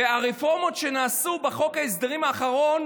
הרפורמות שנעשו בחוק ההסדרים האחרון